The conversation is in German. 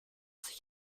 sich